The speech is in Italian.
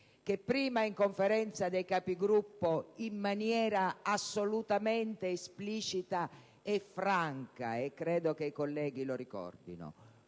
che, prima in Conferenza dei Capigruppo, in maniera assolutamente esplicita e franca (e credo che i colleghi lo ricordino),